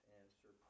answer